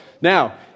Now